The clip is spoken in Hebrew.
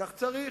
כך צריך.